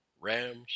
rams